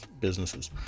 businesses